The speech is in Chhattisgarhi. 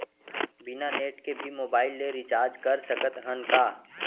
बिना नेट के भी मोबाइल ले रिचार्ज कर सकत हन का?